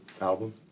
album